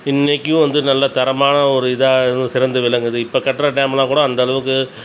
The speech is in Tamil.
இன்னைக்கும் வந்து நல்லா தரமான ஒரு இதாக இன்னும் சிறந்து விளங்குது இப்போ கட்டுற டேமுலாம் கூட அந்தளவுக்கு